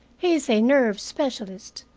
he is a nerve specialist,